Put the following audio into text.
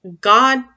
God